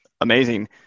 Amazing